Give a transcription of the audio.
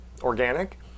organic